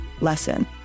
lesson